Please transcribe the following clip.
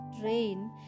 drain